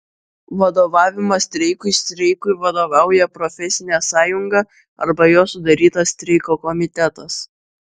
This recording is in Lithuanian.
vadovavimas streikui streikui vadovauja profesinė sąjunga arba jos sudarytas streiko komitetas